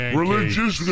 religious